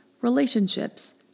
relationships